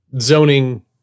zoning